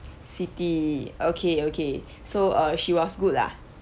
siti okay okay so err she was good lah